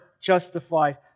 justified